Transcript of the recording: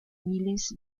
miles